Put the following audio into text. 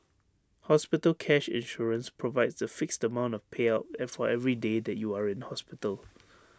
hospital cash insurance provides A fixed amount of payout for every day that you are in hospital